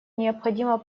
необходимо